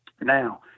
Now